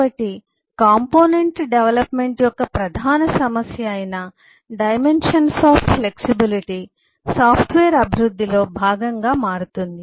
కాబట్టి component development యొక్క ప్రధాన సమస్య అయిన డైమెన్షన్స్ ఆఫ్ ఫ్లెక్సిబిలిటీ సాఫ్ట్వేర్ అభివృద్ధిలో భాగంగా మారుతుంది